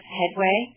headway